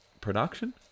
production